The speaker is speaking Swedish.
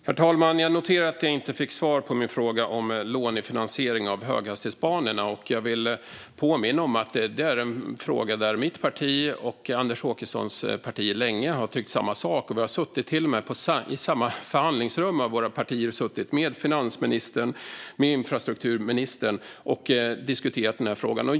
Herr talman! Jag noterar att jag inte fick svar på min fråga om lånefinansiering av höghastighetsbanorna. Jag vill påminna om att det är en fråga där mitt parti och Anders Åkessons parti länge har tyckt samma sak. Våra partier har till och med suttit i samma förhandlingsrum med finansministern och infrastrukturministern och diskuterat den här frågan.